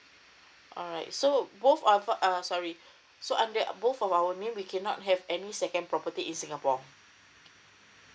alright so both of us err sorry so I'm that both of our name we cannot have any second property in singapore